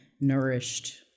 nourished